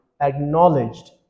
acknowledged